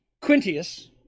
Quintius